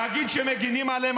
להגיד שמגינים עליהם,